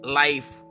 life